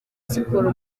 siporo